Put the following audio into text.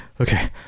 okay